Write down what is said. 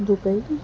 Dubai